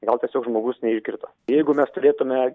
gal tiesiog žmogus neišgirdo jeigu mes turėtume